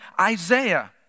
Isaiah